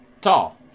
Tall